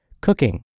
cooking